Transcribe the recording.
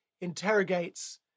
interrogates